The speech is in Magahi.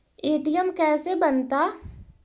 ए.टी.एम कैसे बनता?